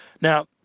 now